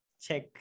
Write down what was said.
check